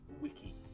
Wiki